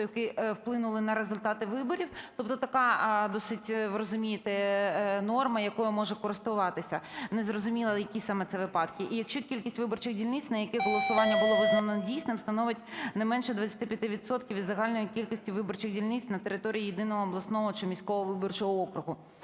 які вплинули на результати виборів, тобто така досить, ви розумієте, норма, якою можна користуватися. Незрозуміло, які саме це випадки. І якщо кількість виборчих дільниць, на яких голосування було визнано недійсним, становить неменше 25 відсотків від загальної кількості виборчих дільниць на території єдиного обласного чи міського виборчого округу.